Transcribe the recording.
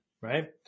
right